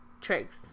tricks